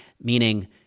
meaning